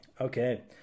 okay